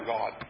God